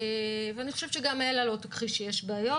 ואני חושבת שגם אלה לא תכחיש שיש בעיות.